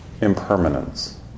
impermanence